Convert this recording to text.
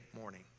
morning